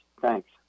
thanks